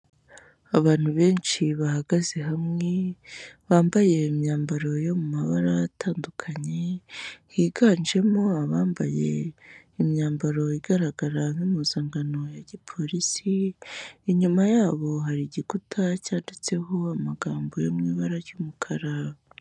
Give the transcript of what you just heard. Abantu benshi bahagaze hamwe, bambaye imyambaro yo mu mabara atandukanye, higanjemo abambaye imyambaro igaragara nk'impuzankano ya gipolisi, inyuma yabo hari igikuta cyanditseho amagambo yo mu ibara ry'umukara.